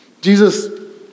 Jesus